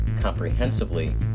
comprehensively